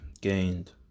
gained